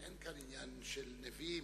אין כאן עניין של נביאים.